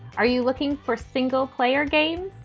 are you looking for single player game?